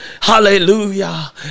Hallelujah